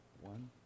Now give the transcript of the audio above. One